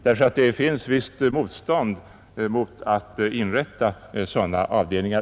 Det råder nämligen ett visst motstånd mot att inrätta sådana avdelningar.